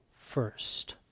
first